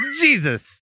Jesus